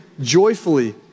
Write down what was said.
joyfully